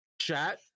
chat